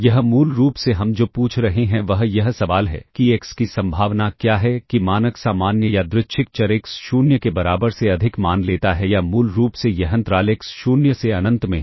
यह मूल रूप से हम जो पूछ रहे हैं वह यह सवाल है कि एक्स की संभावना क्या है कि मानक सामान्य यादृच्छिक चर एक्स शून्य के बराबर से अधिक मान लेता है या मूल रूप से यह अंतराल एक्स शून्य से अनंत में है